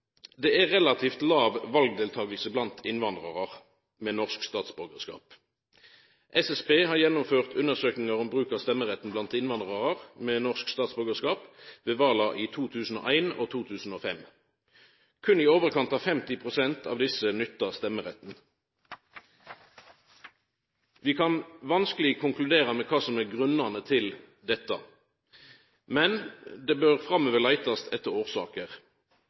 Det er relativt låg valdeltaking blant innvandrarar med norsk statsborgarskap. SSB har gjennomført undersøkingar om bruk av stemmeretten blant innvandrarar med norsk statsborgarskap ved vala i 2001 og 2005. Berre i overkant av 50 pst. av desse nytta stemmeretten. Vi kan vanskeleg konkludera med kva som er grunnane til dette, men det bør framover leitast etter årsaker.